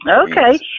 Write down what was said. Okay